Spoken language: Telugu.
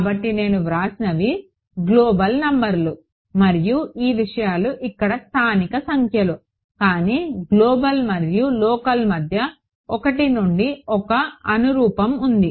కాబట్టి నేను వ్రాసినవి గ్లోబల్ నంబర్లు మరియు ఈ విషయాలు ఇక్కడ స్థానిక సంఖ్యలు కానీ గ్లోబల్ మరియు లోకల్ మధ్య 1 నుండి 1 అనురూప్యం ఉంది